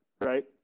Right